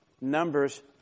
Numbers